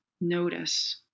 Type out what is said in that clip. notice